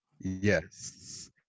Yes